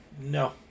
No